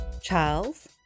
Charles